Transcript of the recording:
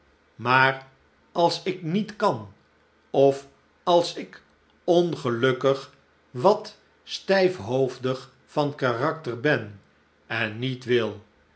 maar als ik niet kan of als ik ongelukkig wat stijfhoofdig van karakter ben en niet wil